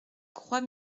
croix